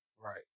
Right